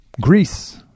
greece